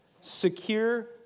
Secure